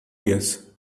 years